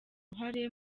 uruhare